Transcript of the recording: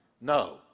No